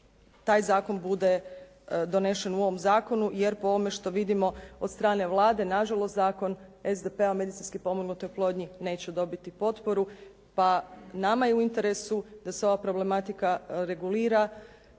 taj zakon bude donesen u ovom zakonu jer po ovome što vidimo od strane Vlade nažalost zakon SDP-a o medicinski potpomognutoj oplodnji neće dobiti potporu pa nama je u interesu da se ova problematika regulira